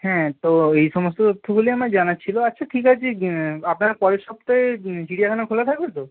হ্যাঁ তো এই সমস্ত তথ্যগুলোই আমার জানার ছিল আচ্ছা ঠিক আছে আপনারা পরের সপ্তাহে চিড়িয়াখানা খোলা থাকবে তো